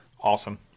Awesome